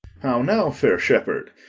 how now, fair shepherd!